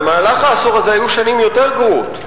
במהלך העשור הזה היו שנים יותר גרועות,